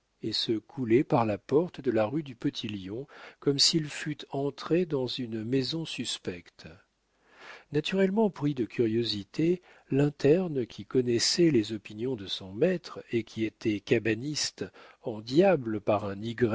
et se coulait par la porte de la rue du petit lion comme s'il fût entré dans une maison suspecte naturellement pris de curiosité l'interne qui connaissait les opinions de son maître et qui était cabaniste en dyable par un